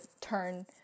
turn